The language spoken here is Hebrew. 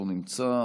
לא נמצא,